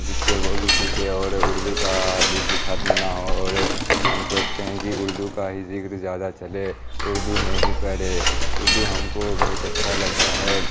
جس سے وہ بھی سیکھے اور اردو کا ذکر ختم نہ ہو اور ہم سوچتے ہیں کہ اردو کا ہی ذکر زیادہ چلے اردو میں ہی پڑھے اردو ہم کو بہت اچھا لگتا ہے